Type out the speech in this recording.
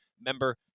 Member